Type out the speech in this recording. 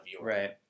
Right